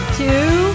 two